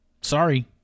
Sorry